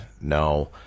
no